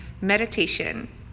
meditation